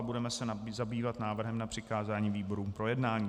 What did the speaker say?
Budeme se zabývat návrhem na přikázání výborům k projednání.